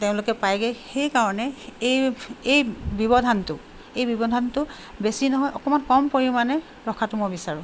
তেওঁলোকে পায়গৈ সেইকাৰণে এই এই ব্যৱধানটো এই ব্যৱধানটো বেছি নহয় অকমান কম পৰিমাণে ৰখাটো মই বিচাৰোঁ